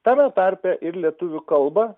tame tarpe ir lietuvių kalbą